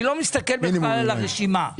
אני לא מסתכל בכלל על הרשימה.